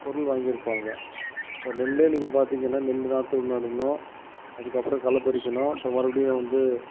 பொருள் வாங்கிருப்பாங்க இப்போ நெல்லே நீங்கள் பார் திங்கனா நெல்லு நாற்றும் நடுணும் அதுக்கப்புறம் களப்பறிக்கணும் அப்புறம் மறுபடியும் வந்து